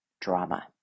drama